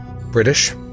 British